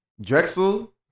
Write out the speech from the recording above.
Drexel